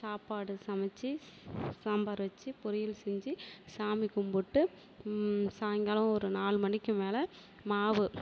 சாப்பாடு சமைச்சு சாம்பார் வச்சு பொரியல் செஞ்சு சாமி கும்பிட்டு சாயங்காலம் ஒரு நாலு மணிக்கு மேலே மாவு